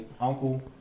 uncle